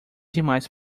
demais